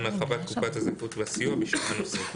הרחבת תקופת הזכאות והסיוע בשנה נוספת.